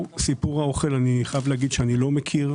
את סיפור האוכל, אני חייב להגיד, אני לא מכיר.